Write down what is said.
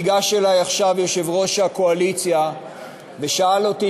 ניגש אלי עכשיו יושב-ראש הקואליציה ושאל אותי